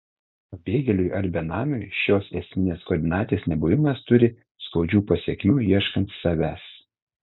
pabėgėliui ar benamiui šios esminės koordinatės nebuvimas turi skaudžių pasekmių ieškant savęs